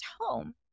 home